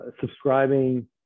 subscribing